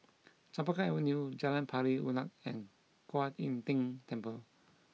Chempaka Avenue Jalan Pari Unak and Kuan Im Tng Temple